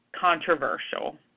controversial